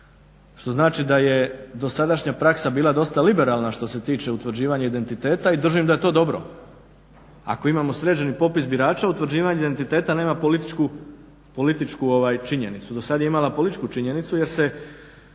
što znači da je dosadašnja praksa bila dosta liberalna što se tiče utvrđivanja identiteta i držim da je to dobro. Ako imamo sređeni popis birača utvrđivanje identiteta nema političku činjenicu. Dosad je imala političku činjenicu jer